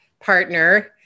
partner